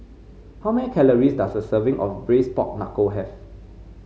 how many calories does a serving of braise Pork Knuckle have